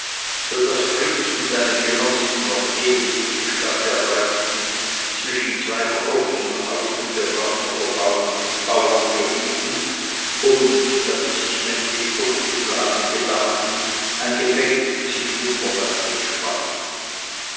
so daß fritz und seine genossen noch ehe sie die stadt erreichten zwischen zwei große haufen bewaffneter bauern gerieten und da sie sich mannlich durchzuschlagen gedachten ein gefecht sich unverweilt entspann